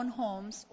homes